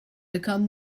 become